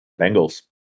Bengals